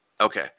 Okay